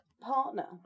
partner